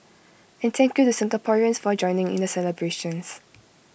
and thank you to Singaporeans for joining in the celebrations